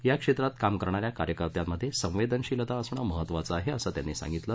या क्षेत्रात काम करणा या कार्यकर्त्यांमध्ये संवेदनशीलता असणं महत्वाचं आहे असं त्यानी सांगितलं